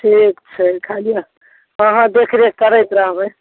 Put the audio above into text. ठीक छै कहली ने अहाँ देखरेख करैत रहबै